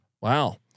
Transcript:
Wow